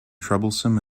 troublesome